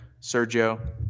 sergio